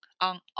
on